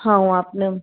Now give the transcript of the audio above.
હા હું આપને